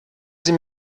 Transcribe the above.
sie